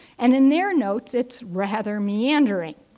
and in their notes, it's rather meandering.